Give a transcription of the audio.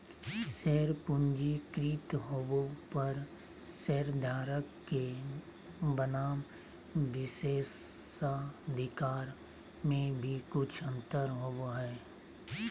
share पंजीकृत होबो पर शेयरधारक के बनाम विशेषाधिकार में भी कुछ अंतर होबो हइ